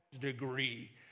degree